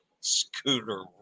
scooter